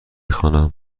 خوانم